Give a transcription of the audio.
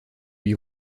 lui